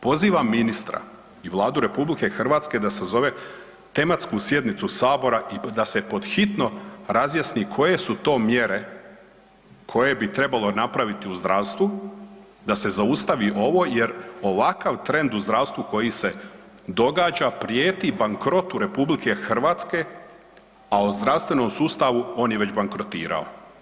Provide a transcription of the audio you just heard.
Pozivam ministra i Vladu RH da sazove tematsku sjednicu Sabora i da se pod hitno razjasni koje su to mjere koje bi trebalo napraviti u zdravstvu da se zaustavi ovo jer ovakav trend u zdravstvu koji se događa prijeti bankrot RH, a o zdravstvenom sustavu on je već bankrotirao.